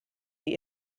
sie